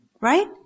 Right